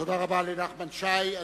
תודה רבה לחבר הכנסת נחמן שי.